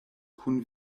kun